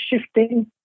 shifting